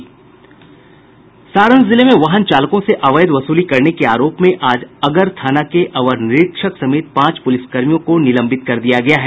सारण जिले में वाहन चालकों से अवैध वसूली करने के आरोप में आज अगर थाना के अवर निरीक्षक समेत पांच पुलिसकर्मियों को निलंबित कर दिया गया है